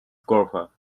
golfer